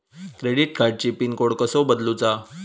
Credit कार्डची PIN code कसो बदलुचा?